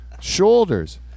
Shoulders